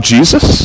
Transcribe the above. Jesus